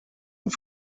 und